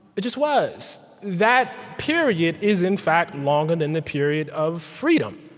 it just was. that period is, in fact, longer than the period of freedom.